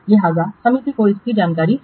लिहाजा समिति को इसकी जानकारी है